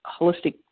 holistic